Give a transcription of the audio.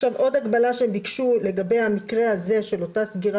עוד הגבלה שהם ביקשו לגבי המקרה הזה של אותה סגירה